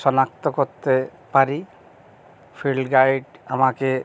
শনাক্ত করতে পারি ফিল্ড গাইড আমাকে